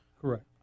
Correct